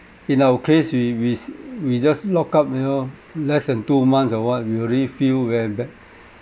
in our case we we we just lock up you know less than two months or what we already feel very bad